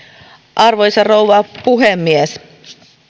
arvoisa rouva puhemies